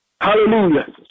Hallelujah